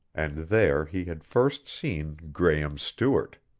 and there he had first seen graehme stewart.